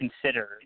consider